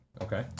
Okay